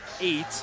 eight